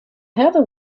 heather